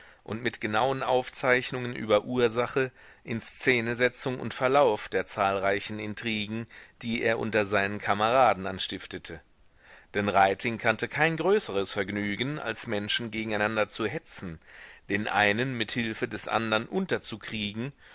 und mit genauen aufzeichnungen über ursache inszenesetzung und verlauf der zahlreichen intriguen die er unter seinen kameraden anstiftete denn reiting kannte kein größeres vergnügen als menschen gegeneinander zu hetzen den einen mit hilfe des anderen unterzukriegen